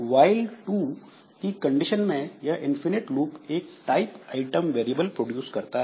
while true की condition में यह इनफिनिट लूप एक टाइप आइटम वेरिएबल प्रोडूस करता है